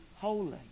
holy